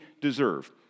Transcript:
deserve